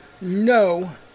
No